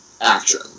action